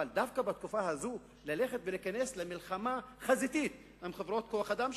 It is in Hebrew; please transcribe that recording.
אבל דווקא בתקופה הזאת ללכת ולהיכנס למלחמה חזיתית עם חברות כוח-אדם,